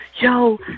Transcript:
yo